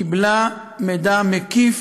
קיבלה מידע מקיף,